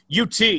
UT